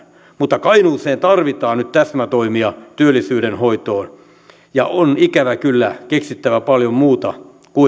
mutta kainuuseen tarvitaan nyt täsmätoimia työllisyyden hoitoon ja on ikävä kyllä keksittävä paljon muuta